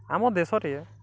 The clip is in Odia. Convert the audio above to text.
ଆମ ଦେଶରେ